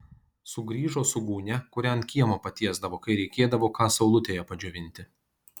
sugrįžo su gūnia kurią ant kiemo patiesdavo kai reikėdavo ką saulutėje padžiovinti